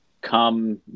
come